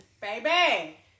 baby